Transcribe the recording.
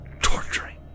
Torturing